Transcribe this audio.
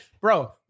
bro